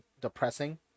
depressing